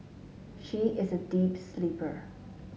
she is a deep sleeper